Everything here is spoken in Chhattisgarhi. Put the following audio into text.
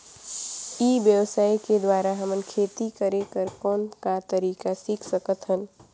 ई व्यवसाय के द्वारा हमन खेती करे कर कौन का तरीका सीख सकत हन?